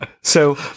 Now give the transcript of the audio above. So-